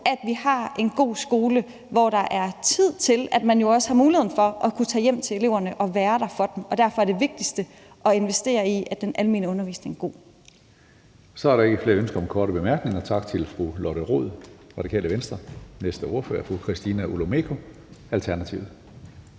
at vi har en god skole, hvor der er tid til, at man jo også har muligheden for at kunne tage hjem til eleverne og være der for dem. Derfor er det vigtigste at investere i, at den almene undervisning er god. Kl. 15:44 Tredje næstformand (Karsten Hønge): Så er der ikke flere ønsker om korte bemærkninger. Tak til fru Lotte Rod, Radikale Venstre. Næste ordfører er fru Christina Olumeko, Alternativet.